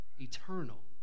eternal